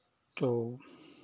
तो